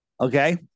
Okay